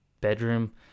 bedroom